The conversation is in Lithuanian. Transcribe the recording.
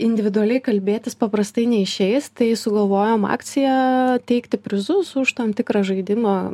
individualiai kalbėtis paprastai neišeis tai sugalvojom akcija teikti prizus už tam tikrą žaidimą